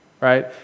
right